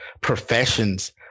professions